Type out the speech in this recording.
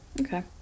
Okay